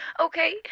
Okay